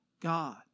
God